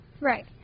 Right